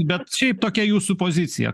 bet šiaip tokia jūsų pozicija